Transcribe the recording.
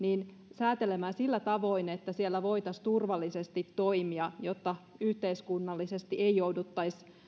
säätelemään sillä tavoin että siellä voitaisiin turvallisesti toimia jotta yhteiskunnallisesti ei jouduttaisi